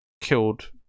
killed